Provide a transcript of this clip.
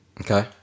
Okay